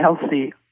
healthy